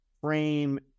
frame